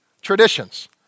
traditions